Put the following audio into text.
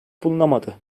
bulunamadı